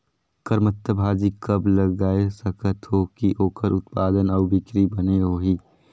करमत्ता भाजी कब लगाय सकत हो कि ओकर उत्पादन अउ बिक्री बने होही?